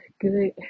good